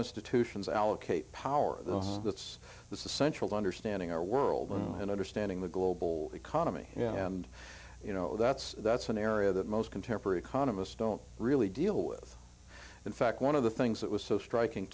institutions allocate power that's the central to understanding our world on and understanding the global economy and you know that's that's an area that most contemporary economists don't really deal with in fact one of the things that was so striking